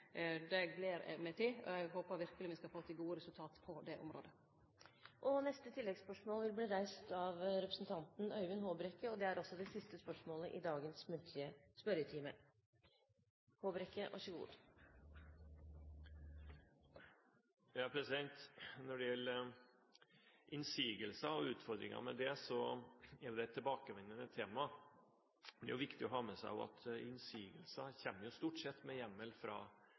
Det arbeidet er i full gang, og det skal me sjølvsagt kome tilbake til. Det gler eg meg til, og eg håper verkeleg at me skal få til gode resultat på det området. Øyvind Håbrekke – til oppfølgingsspørsmål. Når det gjelder innsigelser og utfordringer, er jo det et tilbakevendende tema. Det er viktig å ha med seg at innsigelser stort sett kommer med hjemmel